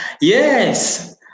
Yes